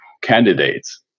candidates